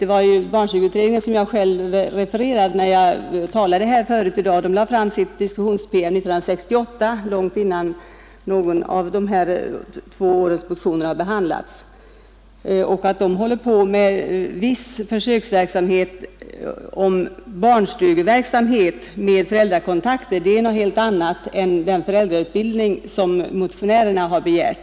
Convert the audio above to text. Det var barnstugeutredningen som jag själv refererade när jag talade här förut, den lämnade sin diskussions-PM 1968, långt innan såväl 1970 som 1971 års motioner behandlats. Den begränsade försöksverksamhet som initierats av barnstugeutredningen innebär försök med barnstugeverksamhet med föräldrakontakter, men det är någonting helt annat än den föräldrautbildning som motionärerna har begärt.